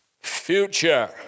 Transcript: future